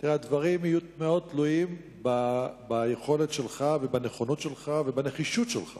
הדברים יהיו מאוד תלויים ביכולת שלך ובנכונות שלך ובנחישות שלך